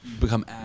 become